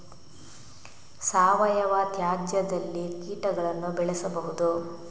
ಸಾವಯವ ತ್ಯಾಜ್ಯದಲ್ಲಿ ಕೀಟಗಳನ್ನು ಬೆಳೆಸಬಹುದು